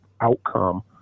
outcome